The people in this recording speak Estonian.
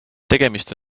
tegemist